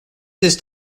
ist